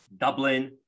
Dublin